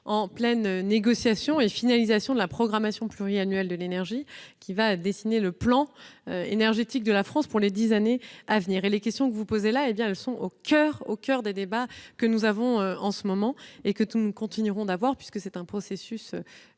en pleine négociation et finalisation de la programmation pluriannuelle de l'énergie qui dessinera le plan énergétique de la France pour les dix années à venir. Les problématiques que vous soulevez sont au coeur des débats que nous avons en ce moment et que nous continuerons d'avoir, puisque le processus